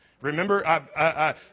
Remember